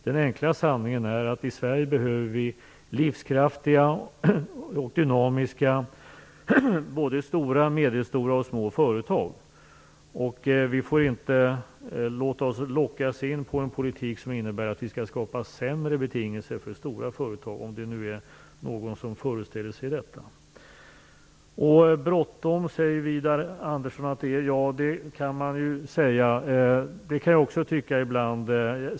Den enkla sanningen är den att vi i Sverige behöver livskraftiga och dynamiska såväl stora och medelstora som små företag. Vi får inte låta oss lockas in på en politik som innebär att vi skall skapa sämre betingelser för stora företag - om nu någon föreställer sig detta. Widar Andersson säger att det är bråttom. Ja, det kan också jag tycka ibland.